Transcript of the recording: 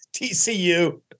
TCU